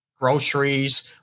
groceries